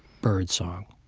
birdsong.